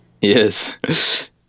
Yes